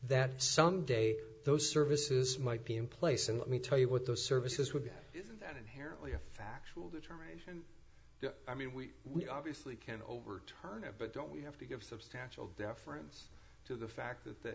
that some day those services might be in place and let me tell you what those services would be that inherently a factual determination i mean we we obviously can overturn it but don't we have to give substantial deference to the fact that the